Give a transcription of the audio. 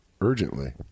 urgently